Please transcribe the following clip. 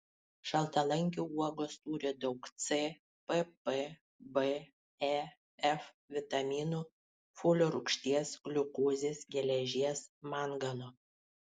šaltalankių uogos turi daug c pp b e f vitaminų folio rūgšties gliukozės geležies mangano